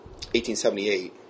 1878